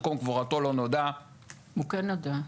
שמקום קבורתו לא נודע -- הוא כן נודע.